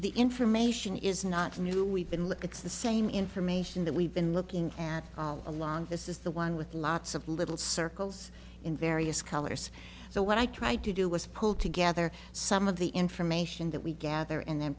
the information is not new we've been look it's the same information that we've been looking at all along this is the one with lots of little circles in various colors so what i tried to do was pull together some of the information that we gather and then